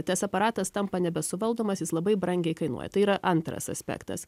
tas aparatas tampa nebesuvaldomas jis labai brangiai kainuoja tai yra antras aspektas